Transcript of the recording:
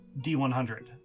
d100